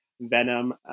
Venom